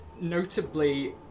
notably